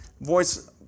voice